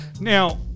Now